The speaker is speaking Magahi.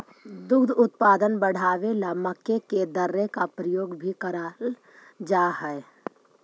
दुग्ध उत्पादन बढ़ावे ला मक्के के दर्रे का प्रयोग भी कराल जा हई